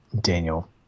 Daniel